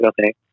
Okay